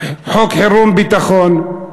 חוק חירום ביטחון,